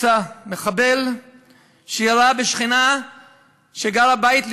יצא מחבל שירה בשכנה שגרה בבית לידי,